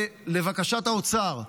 לבקשת האוצר,